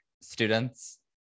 students